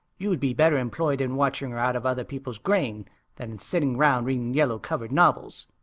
you'd be better employed in watching her out of other people's grain than in sitting round reading yellow-covered novels.